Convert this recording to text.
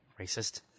Racist